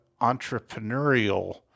entrepreneurial